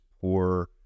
poor